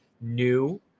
new